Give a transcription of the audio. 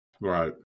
Right